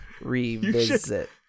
revisit